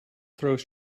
throws